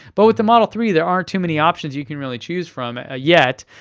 but with the model three, there aren't too many options you can really choose from ah yet.